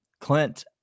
Clint